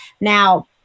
Now